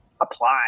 apply